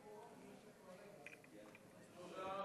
תודה,